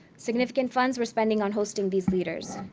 significant funds were spent on hosting these leaders.